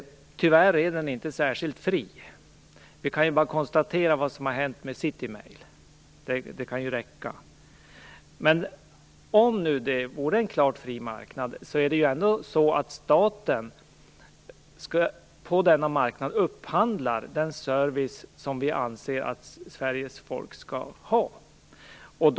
Tyvärr är den inte särskilt fri. Vi kan bara konstatera vad som har hänt med City Mail. Det kan räcka. Om det nu vore en helt fri marknad, upphandlar ändå staten på denna marknad den service som vi anser att Sveriges folk skall ha.